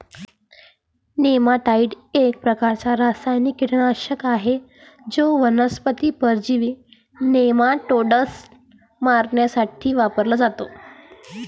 नेमॅटाइड हा एक प्रकारचा रासायनिक कीटकनाशक आहे जो वनस्पती परजीवी नेमाटोड्स मारण्यासाठी वापरला जातो